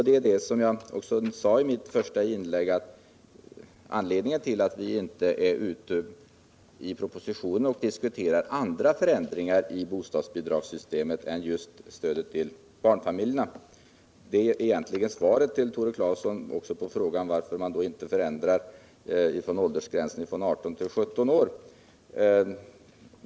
Detta är, som jag sade i mitt första inlägg, anledningen till att man i propositionen inte diskuterar andra förändringar i bostadsbidragssystemet än just ändringarna i stödet till barnfamiljerna. Därmed har jag egentligen också svarat på Tore Claesons fråga, varför man inte ändrar åldersgränsen från 18 till 17 år.